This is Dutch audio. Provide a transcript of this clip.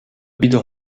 bieden